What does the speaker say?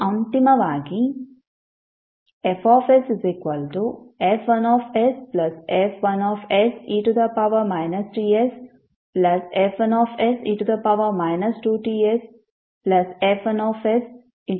ನೀವು ಅಂತಿಮವಾಗಿ FsF1sF1se TsF1se 2TsF1se 3Ts